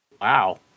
Wow